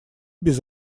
без